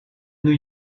new